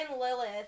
Lilith